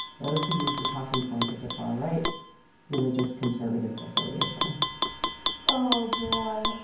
those who use the talking points of the far-right religious conservative affiliation oh, boy.